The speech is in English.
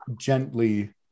gently